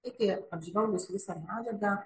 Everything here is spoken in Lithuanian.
taigi apžvelgus visą medžiagą